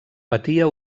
patia